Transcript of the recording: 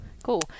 Cool